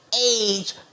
age